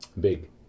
big